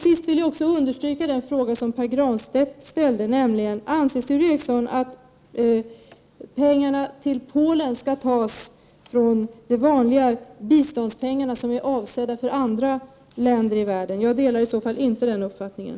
Sist vill jag också understryka den fråga som Pär Granstedt ställde, nämligen följande: Anser Sture Ericson att biståndspengarna till Polen skall tas från de vanliga biståndspengarna, som är avsedda för andra länder i världen? Jag delar i så fall inte den uppfattningen.